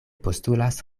postulas